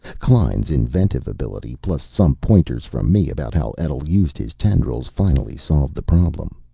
klein's inventive ability, plus some pointers from me about how etl used his tendrils, finally solved the problem.